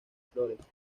flores